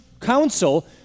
council